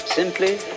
Simply